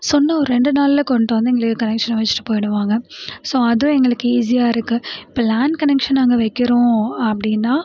சொன்ன ஒரு ரெண்டு நாள்ல கொண்டு வந்து எங்களுக்கு கனெக்ஷன் வச்சுட்டு போய்டுவாங்க ஸோ அதுவும் எங்களுக்கு ஈஸியாக இருக்குது இப்போ லேண்ட் கனெக்ஷன் அங்கே வைக்கிறோம் அப்படினா